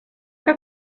que